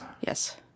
Yes